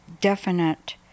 definite